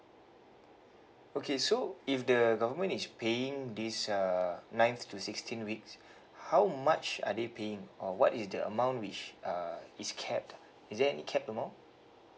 okay so if the government is paying this uh ninth to sixteenth weeks how much are they paying or what is the amount which uh is capped is there any cap amount